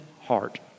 heart